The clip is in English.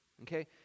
okay